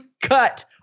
cut